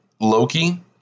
loki